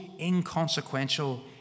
inconsequential